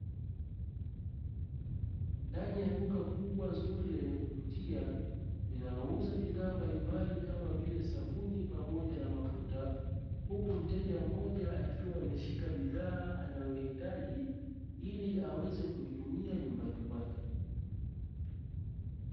Ndani ya duka kubwa zuri lenye kuvutia linalouza bidhaa mbalimbali kama vile sabuni pamoja na mafuta, huku mteja mmoja akiwa ameshika bidhaa anayoihitaji ili aweze kuitumia nyumbani kwake.